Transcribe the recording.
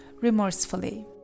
Remorsefully